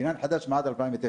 בניין חדש מ-2009.